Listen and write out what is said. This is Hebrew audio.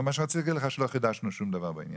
מה שרציתי להגיד לך שלא חידשנו שום דבר בעניין,